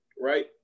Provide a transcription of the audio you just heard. right